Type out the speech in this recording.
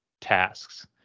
tasks